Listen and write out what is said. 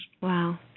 Wow